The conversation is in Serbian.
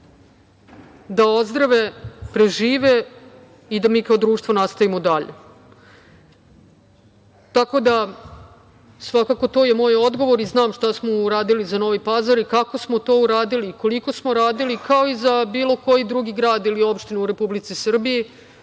da ozdrave, prežive i da mi kao društvo nastavimo dalje. Tako da, svakako to je moj odgovor i znam šta smo uradili za Novi Pazar i kako smo to uradili i koliko smo radili, kao i za bilo koji drugi grad i opštinu u Republici Srbiji.